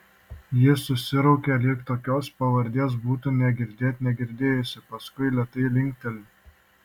ji susiraukia lyg tokios pavardės būtų nė girdėt negirdėjusi paskui lėtai linkteli